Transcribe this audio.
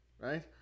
right